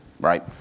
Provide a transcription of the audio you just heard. right